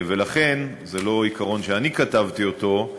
ולכן, זה לא עיקרון שאני כתבתי אותו,